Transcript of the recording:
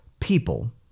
people